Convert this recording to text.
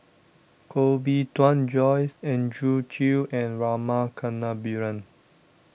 Koh Bee Tuan Joyce Andrew Chew and Rama Kannabiran